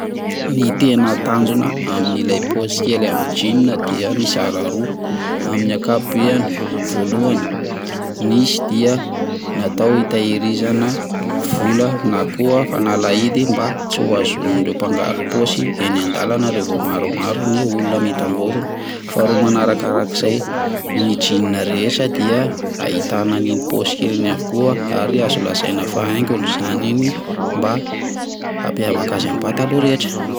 Ny tena tanjona amin'ilay posy kely amin'ny jeans dia mizara roa, amin'ny ankapobeny voalohany misy dia natao hitehirizana vola na koa fanalahidy mba tsy azon'ireo mpangaro pôsy revo maromaro ny olona mitangorona, faharoa marakarak'izay ny jeans rehetra dia ahitana an'iny pôsy kely iny avokoa ary azo lazaina fa haingony izany iny mba hampiavaka azy amin'ny pataloha rehetra.